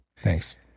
Thanks